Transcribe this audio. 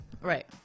Right